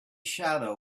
shadow